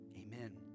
Amen